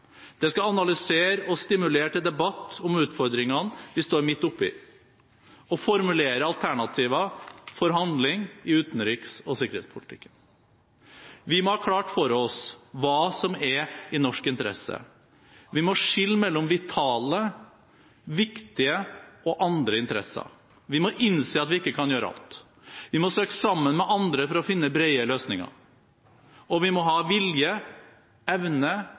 Det skal analysere og stimulere til debatt om utfordringene vi står midt oppe i, og formulere alternativer for handling i utenriks- og sikkerhetspolitikken. Vi må ha klart for oss hva som er i norsk interesse. Vi må skille mellom vitale, viktige og andre interesser. Vi må innse at vi ikke kan gjøre alt. Vi må søke sammen med andre for å finne brede løsninger. Og vi må ha vilje, evne